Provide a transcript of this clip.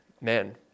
man